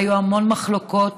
והיו המון מחלוקות